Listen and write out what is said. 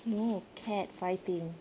no cat fighting